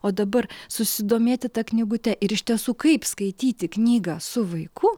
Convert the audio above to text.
o dabar susidomėti ta knygute ir iš tiesų kaip skaityti knygą su vaiku